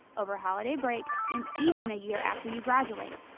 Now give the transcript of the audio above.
over holiday breaks, and even a year after you graduate.